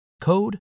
code